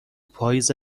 پاییز